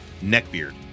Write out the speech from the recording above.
Neckbeard